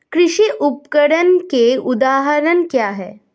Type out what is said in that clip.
कृषि उपकरण के उदाहरण क्या हैं?